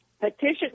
petition